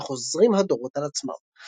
כך חוזרים הדורות על עצמם.